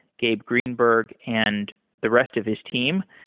gabe greenberg, and the rest of his team.